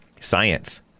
Science